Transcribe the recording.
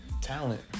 talent